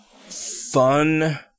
fun